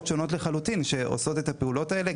שונות לחלוטין שעושות את הפעולות האלה,